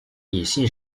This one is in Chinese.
理性